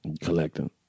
Collecting